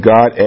God